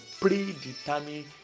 predetermined